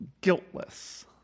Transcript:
guiltless